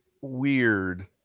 weird